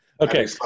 okay